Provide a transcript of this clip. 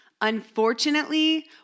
Unfortunately